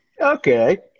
Okay